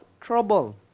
trouble